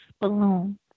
balloon